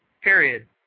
period